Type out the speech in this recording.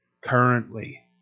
currently